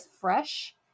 fresh